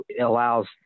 allows